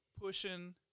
pushing